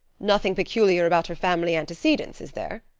nothing peculiar about her family antecedents, is there?